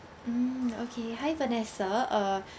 mm okay hi vanessa uh